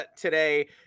today